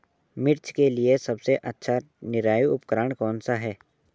मिर्च के लिए सबसे अच्छा निराई उपकरण कौनसा है?